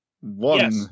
one